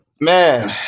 man